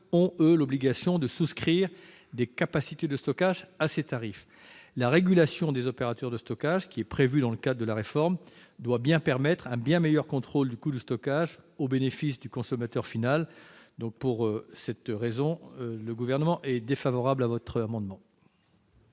ont, eux, l'obligation de souscrire des capacités de stockage à ces tarifs. La régulation des opérateurs de stockage prévue dans le cadre de la réforme doit permettre un bien meilleur contrôle du coût de stockage, au bénéfice du consommateur final. Pour cette raison, le Gouvernement est défavorable à cet amendement.